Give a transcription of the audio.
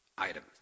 Item